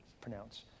pronounce